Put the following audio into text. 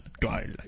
Twilight